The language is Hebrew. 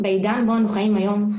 בעידן בו אנו חיים היום,